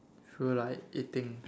feel like eating